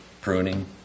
pruning